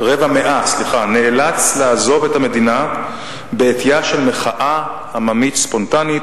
מאה נאלץ לעזוב את המדינה בעטיה של מחאה עממית ספונטנית,